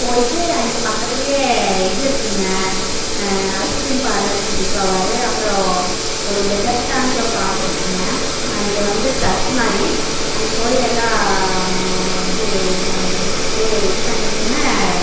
போய்ட்டு அங்கே பக்கத்திலயே இது இருக்குதுங்க ஐஸ்க்ரீம் பார்லர் கூட்டிகிட்டு போவார் அப்புறோம் ஒரு பெகர்ஸ்டாண்ட் ஒரு பார்க் இருக்குங்க அங்கே வந்து சர்ச் மாதிரி அங்கே போய் எல்லாம் ம இது ம இது பே இது பண்ணிட்டுங்க